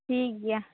ᱴᱷᱤᱠ ᱜᱮᱭᱟ